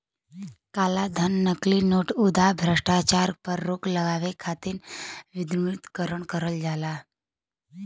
कालाधन, नकली नोट, आउर भ्रष्टाचार पर रोक लगावे खातिर विमुद्रीकरण करल जाला